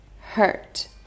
hurt